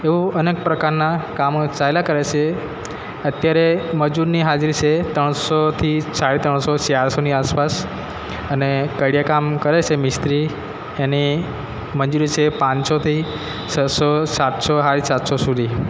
એવું અનેક પ્રકારના કામો ચાલ્યા કરે છે અત્યારે મજૂરની હાજરી છે ત્રણસોથી સાડા ત્રણસો ચારસોની આસપાસ અને કડિયા કામ કરે છે મિસ્ત્રી એની મજૂરી છે પાંચસોથી છસો સાતસો સાડા સાતસો સુધી